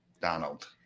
Donald